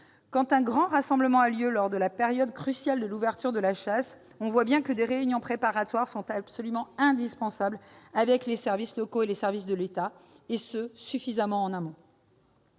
quand un grand rassemblement a lieu lors de la période cruciale de l'ouverture de la chasse, des réunions préparatoires sont absolument indispensables entre les services locaux et ceux de l'État, et ce suffisamment en amont.